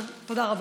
תודה רבה.